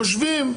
יושבים.